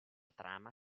trama